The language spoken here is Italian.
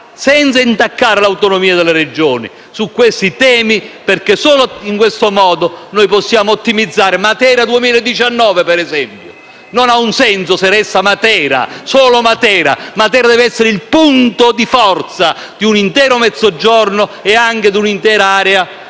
senza intaccare l'autonomia delle Regioni su questi temi, perché solo in questo modo noi possiamo ottimizzare. Per esempio, Matera 2019 non ha un senso se resta solo Matera. Matera deve essere il punto di forza di un intero Mezzogiorno e anche di un'intera area mediterranea.